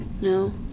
No